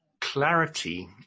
clarity